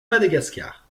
madagascar